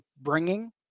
bringing